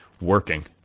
working